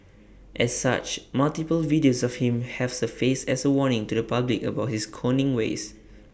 as such multiple videos of him have surfaced as A warning to the public about his conning ways